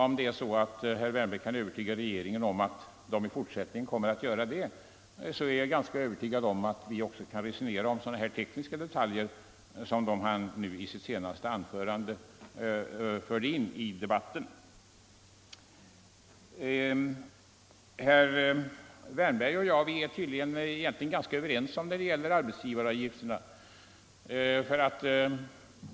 Om herr Wärnberg kan få regeringen att göra det i fortsättningen, är jag ganska övertygad om att vi också kan resonera om sådana tekniska detaljer som dem han förde in i debatten i sitt senaste anförande. Herr Wärnberg och jag är tydligen överens när det gäller arbetsgivaravgifterna.